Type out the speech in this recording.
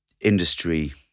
industry